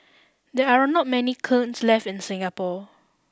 there are not many kilns left in Singapore